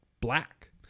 black